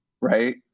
Right